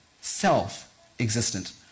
self-existent